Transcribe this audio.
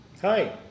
Hi